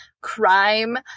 crime